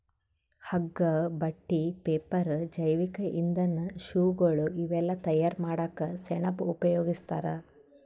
ಹಗ್ಗಾ ಬಟ್ಟಿ ಪೇಪರ್ ಜೈವಿಕ್ ಇಂಧನ್ ಶೂಗಳ್ ಇವೆಲ್ಲಾ ತಯಾರ್ ಮಾಡಕ್ಕ್ ಸೆಣಬ್ ಉಪಯೋಗಸ್ತಾರ್